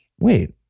wait